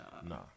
nah